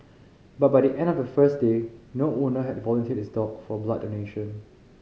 but by the end of the first day no owner had volunteered his dog for blood donation